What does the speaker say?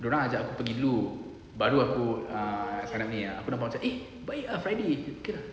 dorang ajak aku gi dulu baru aku ah macam aku nampak macam eh baik ah friday okay ah